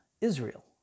Israel